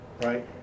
right